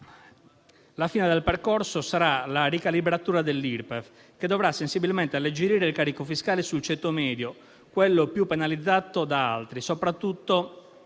La fine del percorso sarà la ricalibratura dell'Irpef, che dovrà sensibilmente alleggerire il carico fiscale sul ceto medio, quello più penalizzato, soprattutto